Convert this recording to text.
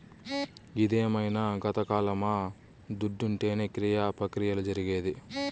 ఇదేమైన గతకాలమా దుడ్డుంటేనే క్రియ ప్రక్రియలు జరిగేది